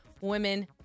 women